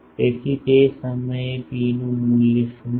તેથી તે સમયે ρ નું મૂલ્ય શું છે